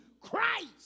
Christ